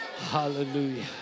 Hallelujah